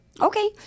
Okay